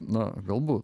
na galbūt